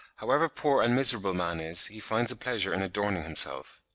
however poor and miserable man is, he finds a pleasure in adorning himself.